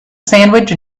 sandwich